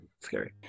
scary